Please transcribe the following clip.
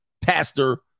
Pastor